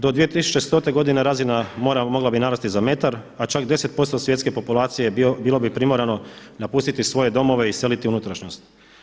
Do 2100. godine razina mora mogla bi narasti za metar a čak 10% svjetske populacije bilo bi primorano napustiti svoje domove i iseliti u unutrašnjost.